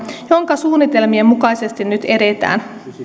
jonka suunnitelmien mukaisesti nyt edetään